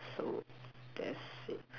so that's it